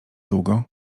długo